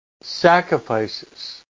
sacrifices